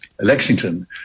lexington